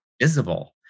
visible